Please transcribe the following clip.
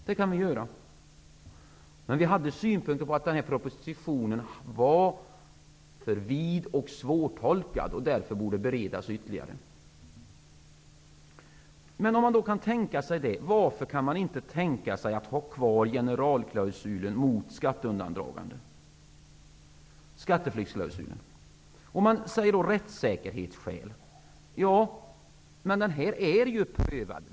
Vi hade emellertid synpunkter på att propositionen var för vid och svårtolkad och därför borde beredas ytterligare. Om man kan tänka sig det, varför kan man då inte tänka sig att behålla generalklausulen mot skatteundandragande, skatteflyktsklausulen? Man säger att det är av rättssäkerhetsskäl. Men klausulen är ju prövad.